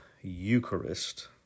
Eucharist